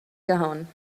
gehauen